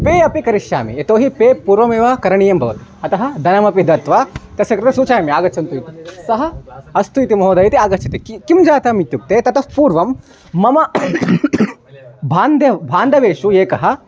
pay अपि करिष्यामि यतोऽहि पे पूर्वमेव करणीयं भवति अतः धनमपि दत्वा तस्य कृते सूचयामि आगच्छन्तु इति सः अस्तु इति महोदय इति आगच्छति किं जातम् इत्युक्ते ततः पूर्वं मम भान्दे बान्धवेषु एकः